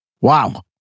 Wow